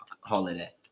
holiday